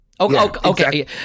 Okay